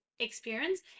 experience